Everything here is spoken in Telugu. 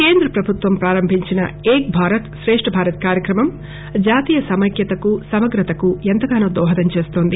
కేంద్ర ప్రభుత్వం ప్రారంభించిన ఏక్ భారత్ శ్రేష్ట్ భారత్ కార్యక్రమం జాతీయ సమైక్యతకు సమగ్రతకు ఎంతగానో దోహదం చేస్తోంది